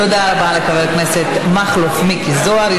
תודה רבה לחבר הכנסת מכלוף מיקי זוהר,